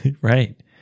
Right